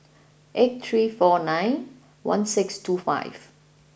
eight three four nine one six two five